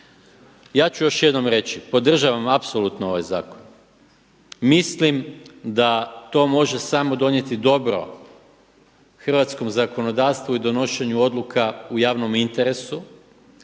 Ja ću još jednom reći, podržavam apsolutno ovaj zakon, mislim da to može samo donijeti dobro hrvatskom zakonodavstvu i donošenju odluka u javnom interesu.